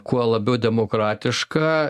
kuo labiau demokratiška